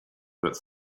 but